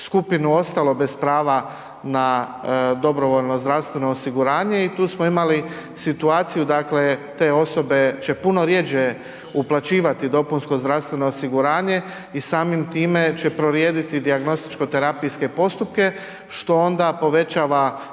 skupinu, ostalo bez prava na dobrovoljno zdravstveno osiguranje i tu smo imali situaciju, dakle te osobe će puno rjeđe uplaćivati dopunsko zdravstveno osiguranje i samim time će prorijediti dijagnostičko terapijske postupke, što onda povećava